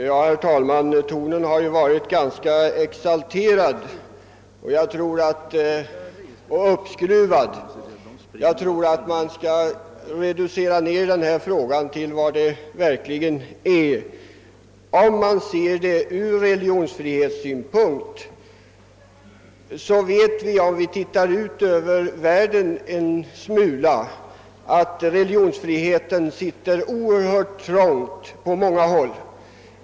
Herr talman! Tonen har varit ganska exalterad och uppskruvad men jag tror att man skall reducera denna fråga till dess verkliga proportioner. Låt oss se den ur religionsfrihetssynpunkt. Om vi tittar ut i världen en smula, finner vi att religionsfriheten sitter oerhört trångt på många håll.